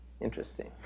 Interesting